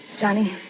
Johnny